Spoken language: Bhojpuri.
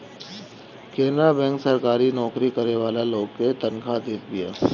केनरा बैंक सरकारी नोकरी करे वाला लोग के तनखा देत बिया